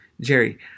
Jerry